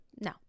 No